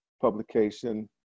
publication